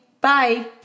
Bye